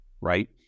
right